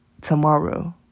tomorrow